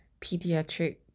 pediatric